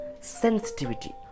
sensitivity